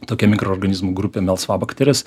tokia mikroorganizmų grupė melsvabakterės